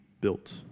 built